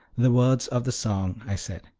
the words of the song, i said.